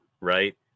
right